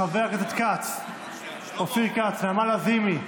חבר הכנסת אופיר כץ ונעמה לזימי,